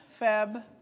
Feb